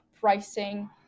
pricing